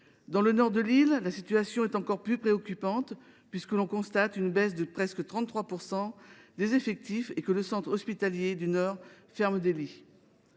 Dans le nord de l’île, la situation est encore plus préoccupante, puisque l’on constate une baisse de presque 33 % des personnels et que le centre hospitalier de la province Nord ferme des lits.